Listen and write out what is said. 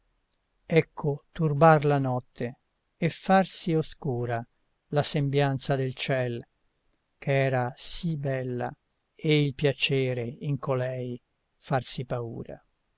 ecco turbar la notte e farsi oscura la sembianza del ciel ch'era sì bella e il piacere in colei farsi paura